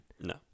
No